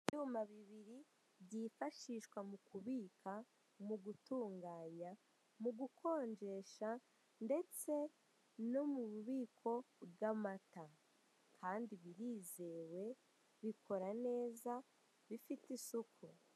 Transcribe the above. Ibyuma bibiri byifashishwa mu kubika, mu gutunganya, mu gukonjesha ndetse no mu bubiko bw'amata, kandi birizewe bikora neza bifite isuku.